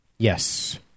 Yes